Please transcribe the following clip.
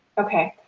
okay,